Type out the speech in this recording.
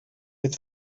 with